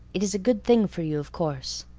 it is a good thing for you, of course.